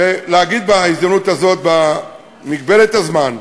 להגיד בהזדמנות הזאת, במגבלת הזמן,